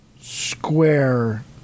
square